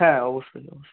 হ্যাঁ অবশ্যই অবশ্যই